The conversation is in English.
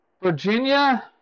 Virginia